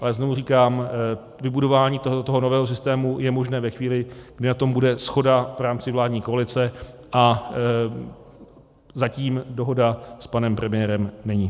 Ale znovu říkám, vybudování toho nového systému je možné ve chvíli, kdy na tom bude shoda v rámci vládní koalice, a zatím dohoda s panem premiérem není.